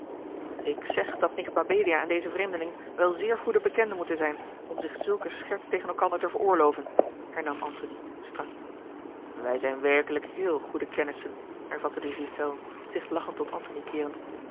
ik zeg dat nicht mabelia en deze vreemdeling wel zeer goede bekenden moeten zijn om zich zulke scherts tegen elkander te veroorlooven hernam antony strak wij zijn werkelijk heel goede kennissen hervatte de ghiselles zich lachend tot antony keerend